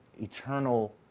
eternal